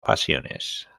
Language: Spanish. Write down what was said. pasiones